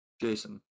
Jason